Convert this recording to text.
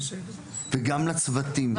וגם לצוותים,